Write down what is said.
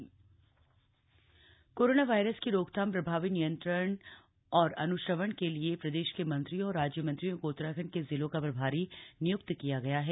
corona virus प्रभारी corona virus की रोकथाम प्रभावी नियंत्रण और अन्श्रवण के लिए प्रदेश के मंत्रियों और राज्य मंत्रियों को उत्तराखण्ड के जिलों का प्रभारी निय्क्त किया गया है